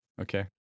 Okay